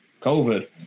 COVID